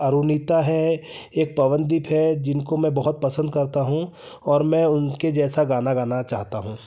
अरूणिता है एक पवनदीप है जिनको मैं बहुत पसंद करता हूँ और मैं उनके जैसा गाना गाना चाहता हूँ